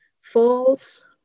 false